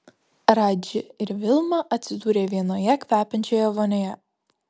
radži ir vilma atsidūrė vienoje kvepiančioje vonioje